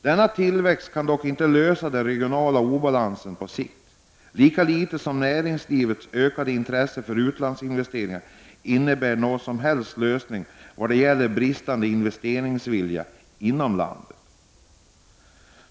Denna tillväxt kan dock inte lösa den regionala obalansen på sikt, lika litet som näringslivets ökade intresse för utlandsinvesteringar innebär någon som helst lösning i vad det gäller den bristande investeringsviljan inom landet.